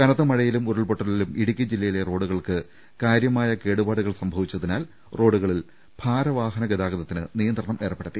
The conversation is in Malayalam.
കനത്ത മഴയിലും ഉരുൾപ്പൊട്ടലിലും ഇടുക്കി ജില്ലയിലെ റോഡു കൾക്ക് കാര്യമായ കേടുപാടുകൾ സംഭവിച്ചതിനാൽ റോഡുകളിൽ ഭാരവാഹന ഗതാഗതത്തിന് നിയന്ത്രണം ഏർപ്പെടുത്തി